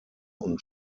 und